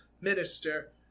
Minister